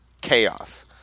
chaos